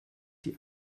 die